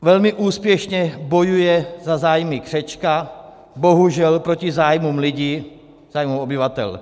Velmi úspěšně bojuje za zájmy křečka, bohužel proti zájmům lidí, zájmu obyvatel.